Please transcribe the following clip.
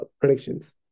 predictions